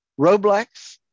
Roblex